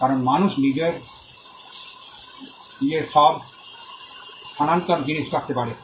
কারণ মানুষ নিজস্ব স্থানান্তর জিনিস রাখতে পারে